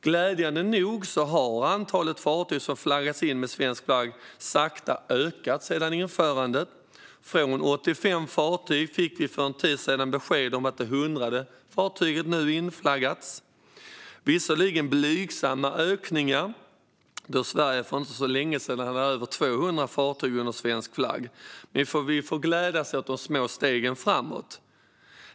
Glädjande nog har antalet fartyg som flaggats in med svensk flagg sakta ökat sedan införandet. Vi fick för en tid sedan besked om att det hundrade fartyget nu hade flaggats in från att det tidigare varit 85 fartyg. Det är visserligen en blygsam ökning då Sverige för inte så länge sedan hade över 200 fartyg under svensk flagg. Men vi får glädjas åt de små stegen framåt.